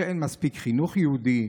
שאין מספיק חינוך יהודי,